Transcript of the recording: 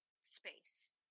space